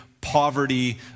poverty